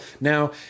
Now